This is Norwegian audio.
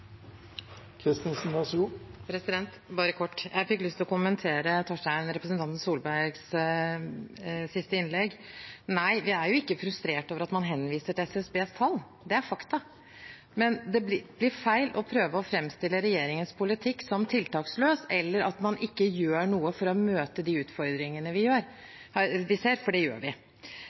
Kristensen har hatt ordet to ganger tidligere og får ordet til en kort merknad, begrenset til 1 minutt. Bare kort. Jeg fikk lyst til å kommentere representanten Tvedt Solbergs siste innlegg. Nei, vi er ikke frustrerte over at man henviser til SSBs tall – de er fakta. Men det blir feil å prøve å framstille regjeringens politikk som tiltaksløs, eller at man ikke gjør noe for å møte de utfordringene vi ser, for det